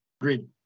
Agreed